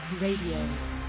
Radio